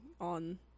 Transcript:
on